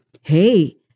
Hey